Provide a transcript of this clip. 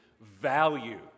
value